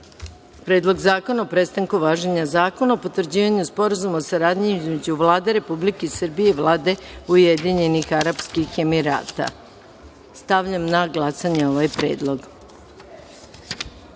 Predlog zakona o prestanku važenja Zakona o potvrđivanju Sporazuma o saradnji između Vlade Republike Srbije i Vlade Ujedinjenih Arapskih Emirata. Stavljam na glasanje ovaj